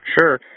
Sure